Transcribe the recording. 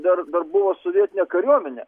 dar buvo sovietinė kariuomenė